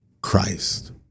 Christ